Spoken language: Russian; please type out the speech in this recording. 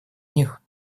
них